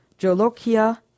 Jolokia